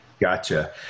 Gotcha